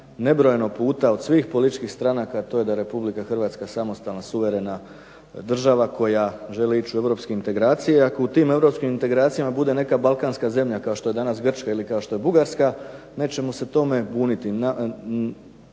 nebrojeno puta od svih političkih stranaka a to je da je Republika Hrvatska suverena, samostalna i neovisna država, država koja želi ići u Europske integracije. Ako u tim Europskim integracijama bude neka Balkanska zemlja kao što je danas Grčka i kao što je Bugarska, nećemo se buniti.